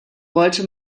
wollte